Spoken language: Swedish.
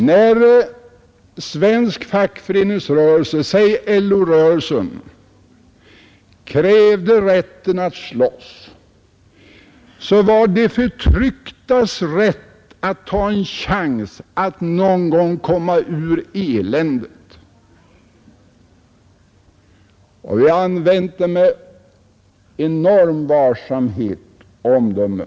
När svensk fackföreningsrörelse, låt oss säga LO-rörelsen, krävde rätten att slåss, så var det de förtrycktas enda chans att någon gång komma ur eländet. Och vi har använt den rätten med enorm varsamhet och stort omdöme.